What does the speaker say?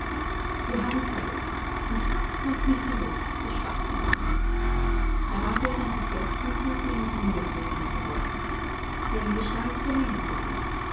wir haben zeit und fast kommt mich die lust zu schwatzen an er war während des letzten zusehends ungezwungener geworden seine gestalt verlängerte sich